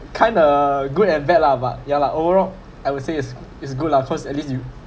kinda good and bad lah but ya lah overall I would say is is good lah cause at least you